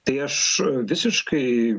tai aš visiškai